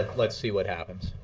like let's see what happens.